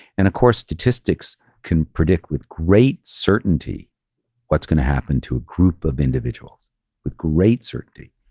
and of course statistics can predict with great certainty what's going to happen to a group of individuals with great certainty,